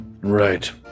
Right